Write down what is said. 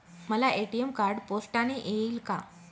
मला ATM card पोस्टाने येईल का?